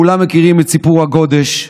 כולם מכירים את סיפור הגודש,